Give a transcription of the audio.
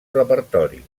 repertori